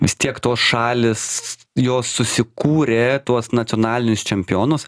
vis tiek tos šalys jos susikūrė tuos nacionalinius čempionus